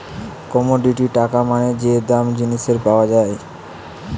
commodity টাকা মানে যে দাম জিনিসের পাওয়া যায়